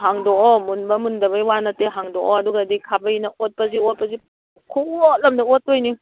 ꯍꯥꯡꯗꯣꯛꯑꯣ ꯃꯨꯟꯕ ꯃꯨꯟꯗꯕꯩ ꯋꯥ ꯅꯠꯇꯦ ꯍꯥꯡꯗꯣꯛꯑꯣ ꯑꯗꯨꯒꯗꯤ ꯈꯥꯕꯩꯅ ꯑꯣꯠꯄꯖꯤ ꯑꯣꯠꯄꯖꯤ ꯈꯨꯑꯣꯠꯑꯝꯗ ꯑꯣꯠꯇꯣꯏꯅꯤ